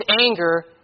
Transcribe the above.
anger